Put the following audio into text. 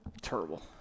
Terrible